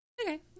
Okay